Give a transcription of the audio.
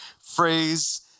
phrase